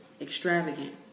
Extravagant